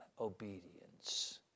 obedience